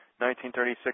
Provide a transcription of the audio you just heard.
1936